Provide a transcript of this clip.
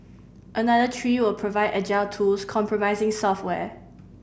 another three will provide agile tools comprising software